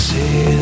See